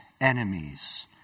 enemies